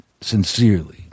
sincerely